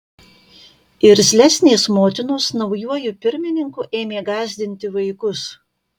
irzlesnės motinos naujuoju pirmininku ėmė gąsdinti vaikus